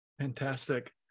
Fantastic